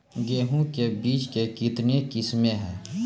गेहूँ के बीज के कितने किसमें है?